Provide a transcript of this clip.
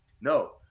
No